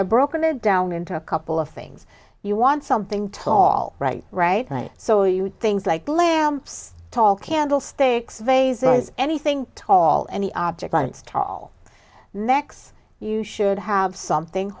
i've broken it down into a couple of things you want something tall right right right so you things like lamps tall candle sticks vai's is anything tall any object lights tall next you should have something